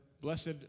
blessed